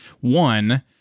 one